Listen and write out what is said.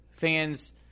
fans